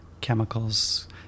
chemicals